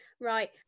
right